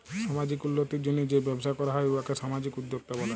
সামাজিক উল্লতির জ্যনহে যে ব্যবসা ক্যরা হ্যয় উয়াকে সামাজিক উদ্যোক্তা ব্যলে